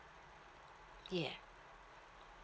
ya